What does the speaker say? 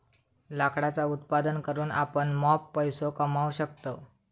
लाकडाचा उत्पादन करून आपण मॉप पैसो कमावू शकतव